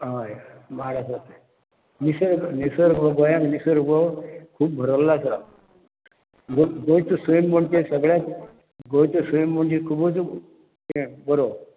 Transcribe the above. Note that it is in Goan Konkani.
हय बाळ आसा निसर्ग निसर्ग गोंयान निसर्ग खूब भरल्लो आसा गो गोंयचो सैम म्हणजे सगळ्यांत गोंयचो सैम म्हणजे खूबच हे बरो